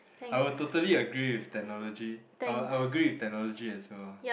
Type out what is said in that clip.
I would totally agree with technology I'll I would agree with technology as well